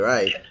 Right